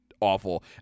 awful